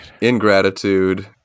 ingratitude